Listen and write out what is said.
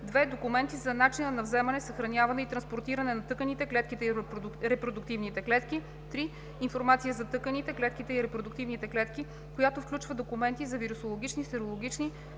2; 2. документи за начина на вземане, съхраняване и транспортиране на тъканите, клетките и репродуктивните клетки; 3. информация за тъканите, клетките и репродуктивните клетки, която включва документи за вирусологични, серологични